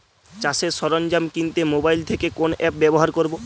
চাষের সরঞ্জাম কিনতে মোবাইল থেকে কোন অ্যাপ ব্যাবহার করব?